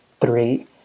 three